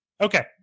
okay